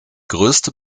größte